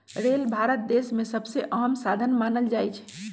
rail Bharat देश में सबसे अहम साधन मानल जाई छई